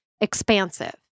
expansive